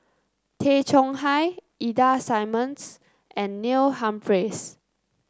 Tay Chong Hai Ida Simmons and Neil Humphreys